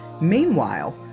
Meanwhile